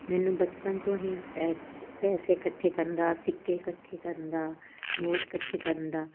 ਮੈਨੂੰ ਬਚਪਨ ਤੋਂ ਹੀ ਪੈਸੇ ਪੈਸੇ ਇਕੱਠੇ ਕਰਨ ਦਾ ਸਿੱਕੇ ਇਕੱਠੇ ਕਰਨ ਦਾ ਨੋਟ ਇਕੱਠੇ ਕਰਨ ਦਾ